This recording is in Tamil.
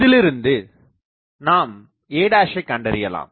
இதிலிருந்து நாம் a ஐ கண்டறியலாம்